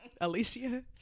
Alicia